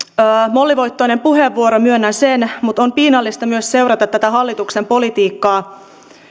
mollivoittoinen puheenvuoro myönnän sen mutta on myös piinallista seurata tätä hallituksen politiikkaa